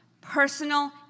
personal